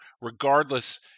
regardless